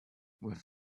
with